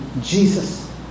Jesus